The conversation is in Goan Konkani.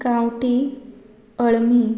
गांवटी अळमी